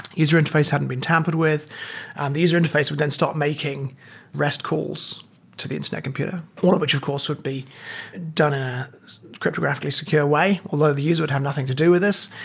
user-interface hadn't been tampered with and the user interface would then start making rest calls to the internet computer, one of which of course would be done in a cryptographically secure way, although the user would have nothing to do with this,